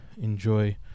enjoy